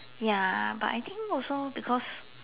ya but I think also because